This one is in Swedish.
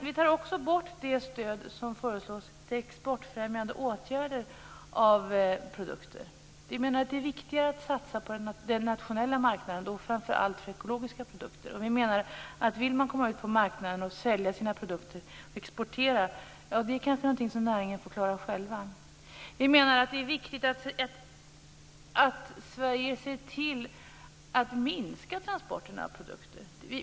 Vi tar också bort det stöd som föreslås till exportfrämjande åtgärder för produkter. Vi menar att det är viktigare att satsa på den nationella marknaden, och framför allt för ekologiska produkter. Att komma ut på marknaden, sälja och exportera sina produkter är kanske någonting som näringen får klara själv. Det är viktigt att Sverige ser till att minska transporterna av produkter.